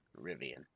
Rivian